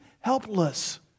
helpless